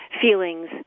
feelings